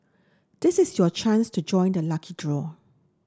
this is your chance to join the lucky draw